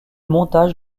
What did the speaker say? montage